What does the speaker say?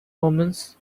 omens